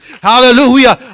hallelujah